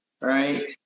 Right